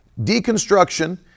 Deconstruction